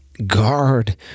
guard